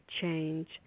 change